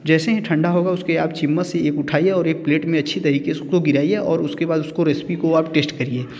जैसे ही ठंडा होगा उसके चम्मच से एक उठाइए और एक प्लेट में अच्छी तरीक़े से उसको गिराइए और उसके बाद उसको रेसिपी को आप टेस्ट करिए